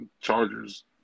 Chargers